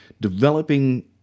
developing